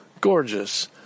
Gorgeous